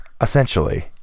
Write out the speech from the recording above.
Essentially